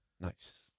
Nice